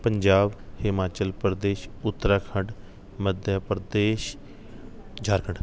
Punjab Himachal Pradesh Uttarakhand Madhya Pradesh Jharkhand